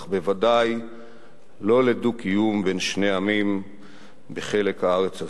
אך ודאי לא לדו-קיום בין שני עמים בחלק הארץ הזה.